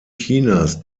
chinas